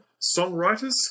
songwriters